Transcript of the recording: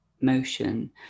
motion